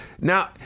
now